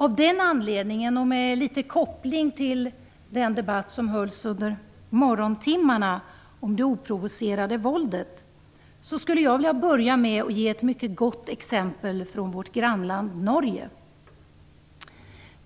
Av den anledningen, och med litet koppling till den debatt som fördes under morgontimmarna här om det oprovocerade våldet, skulle jag vilja börja med att ge ett mycket gott exempel från vårt grannland Norge.